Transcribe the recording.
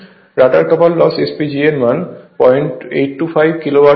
rotor copper loss SPG এর মান 0825 kilowatt হবে